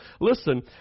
Listen